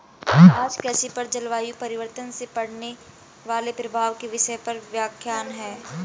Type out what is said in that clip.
आज कृषि पर जलवायु परिवर्तन से पड़ने वाले प्रभाव के विषय पर व्याख्यान है